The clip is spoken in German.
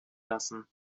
lassen